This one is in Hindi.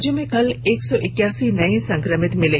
राज्य में कल एक सौ इक्यासी नए संक्रमित मिले